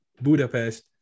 budapest